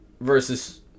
versus